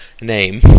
name